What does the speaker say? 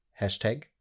hashtag